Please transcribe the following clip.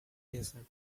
desert